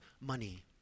money